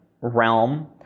realm